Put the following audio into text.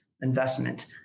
investment